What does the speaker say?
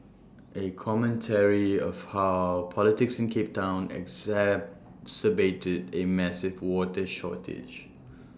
A commentary of how politics in cape Town exacerbated A massive water shortage